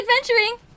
adventuring